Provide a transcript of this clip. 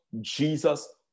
Jesus